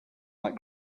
like